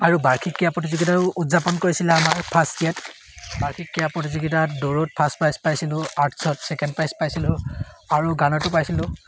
আৰু বাৰ্ষিক ক্ৰীড়া প্ৰতিযোগিতাও উদযাপন কৰিছিলে আমাৰ ফাৰ্ষ্ট ইয়াৰত বাৰ্ষিক ক্ৰীড়া প্ৰতিযোগিতাত দৌৰত ফাৰ্ষ্ট প্ৰাইজ পাইছিলোঁ আৰ্টছত ছেকেণ্ড প্ৰাইজ পাইছিলোঁ আৰু গানতো পাইছিলোঁ